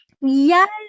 Yes